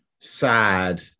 sad